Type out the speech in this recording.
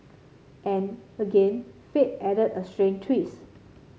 and again fate added a strange twist